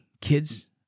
kids